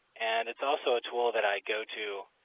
and it's also a tool that i go to